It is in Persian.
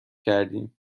کردیم